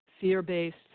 fear-based